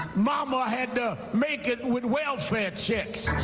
mom ah had to make it with welfare checks.